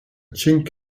chink